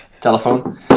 telephone